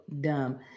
dumb